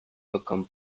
become